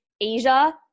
Asia